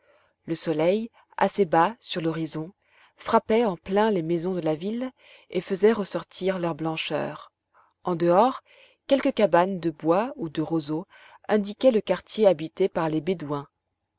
le soleil assez bas sur l'horizon frappait en plein les maisons de la ville et faisait ressortir leur blancheur en dehors quelques cabanes de bois ou de roseaux indiquaient le quartier habité par les bédouins